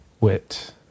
wit